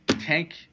tank